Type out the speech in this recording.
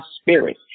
spirit